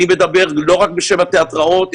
אני מדבר לא רק בשם התיאטראות,